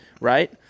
Right